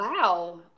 wow